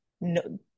No